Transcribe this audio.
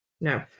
No